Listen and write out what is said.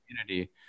community